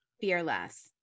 Fearless